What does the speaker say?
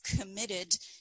committed